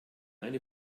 eine